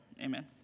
Amen